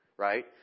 Right